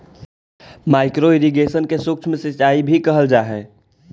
micro irrigation के सूक्ष्म सिंचाई भी कहल जा हइ